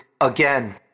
again